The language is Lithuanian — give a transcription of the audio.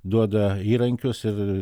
duoda įrankius ir